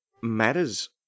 matters